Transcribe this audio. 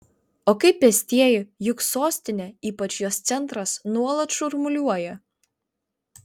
o kaip pėstieji juk sostinė ypač jos centras nuolat šurmuliuoja